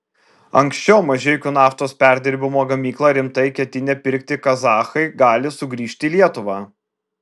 anksčiau mažeikių naftos perdirbimo gamyklą rimtai ketinę pirkti kazachai gali sugrįžti į lietuvą